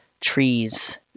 trees